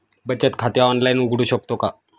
बचत खाते ऑनलाइन उघडू शकतो का?